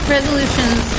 Resolutions